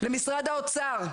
למשרד האוצר,